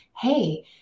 hey